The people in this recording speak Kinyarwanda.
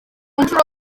nshuro